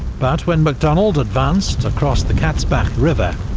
but when macdonald advanced across the katzbach river,